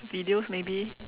videos maybe